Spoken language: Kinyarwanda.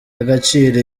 y’agaciro